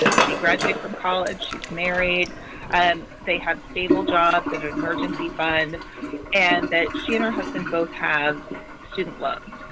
she graduate from college, she's married and they have stable jobs as an emergency fund and that she and her husband both have student loans.